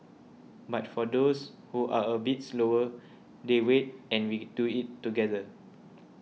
but for those who are a bit slower they wait and we do it together